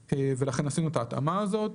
4א1(ז) ולכן עשינו את ההתאמה הזאת.